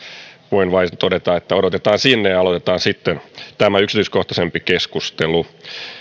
voin vain todeta että odotetaan sinne ja aloitetaan sitten tämä yksityiskohtaisempi keskustelu